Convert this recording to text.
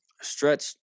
Stretch